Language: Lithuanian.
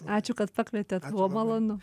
ačiū kad pakvietėt buvo malonu